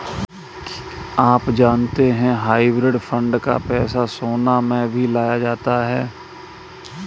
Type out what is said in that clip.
आप जानते है हाइब्रिड फंड का पैसा सोना में भी लगाया जाता है?